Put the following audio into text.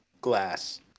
Glass